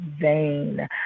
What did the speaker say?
vain